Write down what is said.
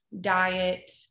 diet